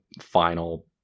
final